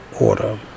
order